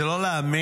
זה לא להאמין,